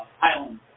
island